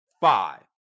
five